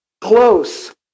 close